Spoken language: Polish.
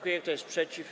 Kto jest przeciw?